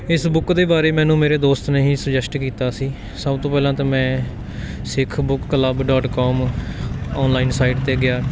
ਇਸ ਬੁੱਕ ਦੇ ਬਾਰੇ ਮੈਨੂੰ ਮੇਰੇ ਦੋਸਤ ਨੇ ਹੀ ਸੁੁਜੈਸਟ ਕੀਤਾ ਸੀ ਸਭ ਤੋਂ ਪਹਿਲਾਂ ਤਾਂ ਮੈਂ Sikh book club dot com online site 'ਤੇ ਗਿਆ